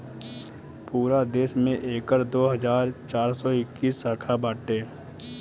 पूरा देस में एकर दो हज़ार चार सौ इक्कीस शाखा बाटे